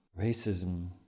racism